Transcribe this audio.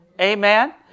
Amen